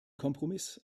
kompromiss